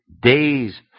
days